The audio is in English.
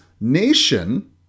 nation